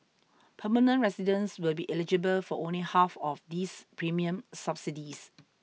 permanent residents will be eligible for only half of these premium subsidies